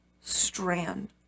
strand